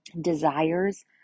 desires